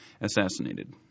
assassinated